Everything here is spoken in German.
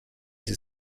sie